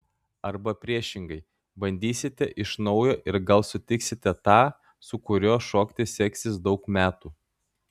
arba priešingai bandysite iš naujo ir gal sutiksite tą su kuriuo šokti seksis daug metų